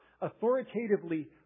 authoritatively